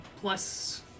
plus